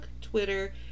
Twitter